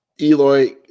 Eloy